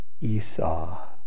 Esau